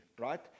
right